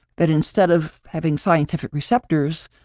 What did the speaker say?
that instead of having scientific receptors,